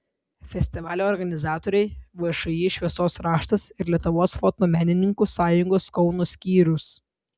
festivalio organizatoriai všį šviesos raštas ir lietuvos fotomenininkų sąjungos kauno skyrius